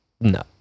no